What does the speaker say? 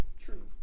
True